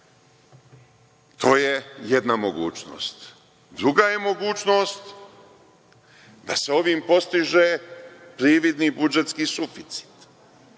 To je jedna mogućnost. Druga je mogućnost da se ovim postiže prividni budžetski suficit.